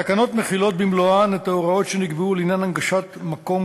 התקנות מחילות במלואן את ההוראות שנקבעו לעניין הנגשת מקום